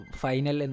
final